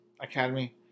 Academy